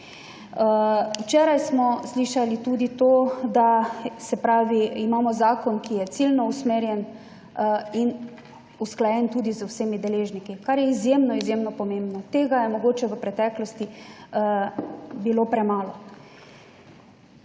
Včeraj smo slišali tudi to, da, se pravi imamo zakon, ki je ciljno usmerjen in usklajen tudi z vsemi deležniki, kar je izjemno, izjemno pomembno. Tega je mogoče v preteklosti bilo premalo.